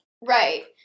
Right